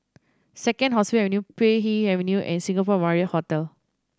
Second Hospital Avenue Puay Hee Avenue and Singapore Marriott Hotel